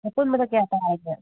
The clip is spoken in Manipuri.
ꯑꯄꯨꯟꯕꯗ ꯀꯌꯥ ꯇꯥꯔꯒꯦ